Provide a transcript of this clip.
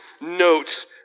notes